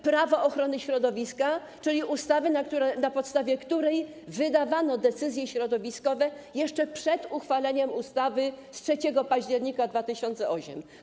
Prawo ochrony środowiska, czyli ustawy, na podstawie której wydawano decyzje środowiskowe jeszcze przed uchwaleniem ustawy z 3 października 2008 r.